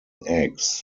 eggs